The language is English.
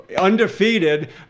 undefeated